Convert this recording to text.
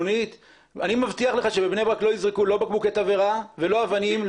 אני מבטיח לך שבבני ברק לא יזרקו לא בקבוקי תבערה ולא אבנים,